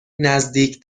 نزدیک